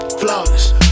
flawless